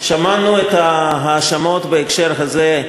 שמענו את ההאשמות בהקשר הזה,